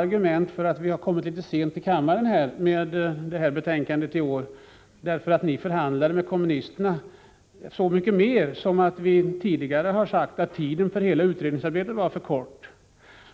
argumentet att vi har kommit litet sent till kammaren med detta betänkande i år därför att ni förhandlade med kommunisterna — så mycket mer som vi tidigare har sagt att tiden för hela utredningsarbetet var för kort.